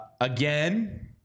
Again